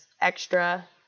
extra